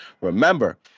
Remember